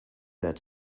that